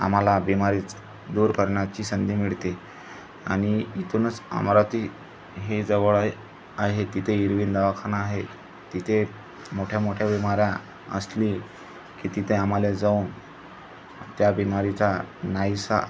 आम्हाला बिमारीच दूर करण्याची संधी मिळते आणि इथूनच अमरावती हे जवळ आहे आहे तिथे इरवीन दवाखाान आहे तिथे मोठ्या मोठ्या बिमाऱ्या असली की तिथे आम्हाला जाऊन त्या बिमारीचा नाहीसा